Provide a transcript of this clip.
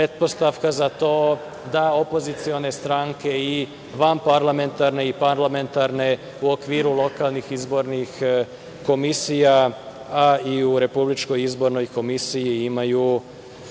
za to da opozicione stranke i vanparlamentarne i parlamentarne u okviru lokalnih izbornih komisija, a i u Republičkoj izbornoj komisiji imaju